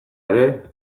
ere